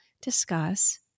discuss